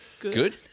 good